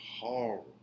horrible